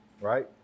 right